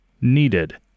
Needed